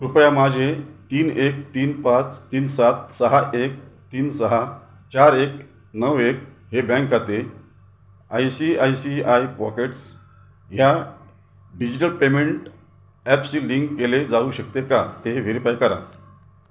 कृपया माझे तीन एक तीन पाच तीन सात सहा एक तीन सहा चार एक नऊ एक हे बँक खाते I C I C I pockets ह्या डिजिटल पेमेंट ॲप्सशी लिंक केले जाऊ शकते का ते व्हेरीफाय करा